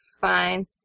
fine